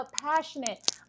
passionate